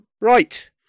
Right